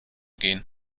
gehen